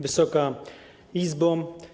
Wysoka Izbo!